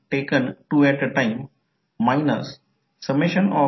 तर ते ∅2 ∅21 ∅22 पूर्वीप्रमाणेच असू द्या टर्नची संख्या N2 आहे